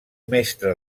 mestre